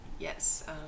Yes